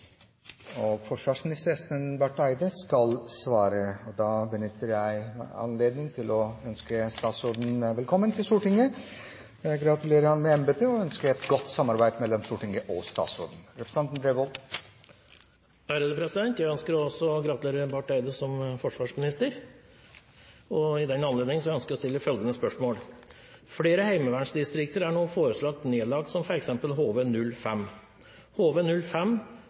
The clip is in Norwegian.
og forsvarsminister Espen Barth Eide skal svare. Da benytter presidenten anledningen til å ønske statsråden velkommen til Stortinget. Jeg gratulerer ham med embetet og ønsker et godt samarbeid mellom Stortinget og statsråden. Jeg ønsker også å gratulere Barth Eide som forsvarsminister. I den anledning ønsker jeg å stille følgende spørsmål: «Flere HV-distrikter er nå foreslått nedlagt, som